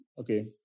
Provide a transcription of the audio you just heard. Okay